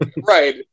Right